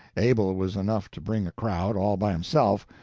abel was enough to bring a crowd, all by himself,